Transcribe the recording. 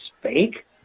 fake